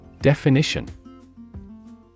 Definition